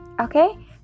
okay